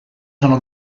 sono